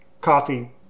coffee